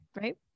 Right